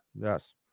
Yes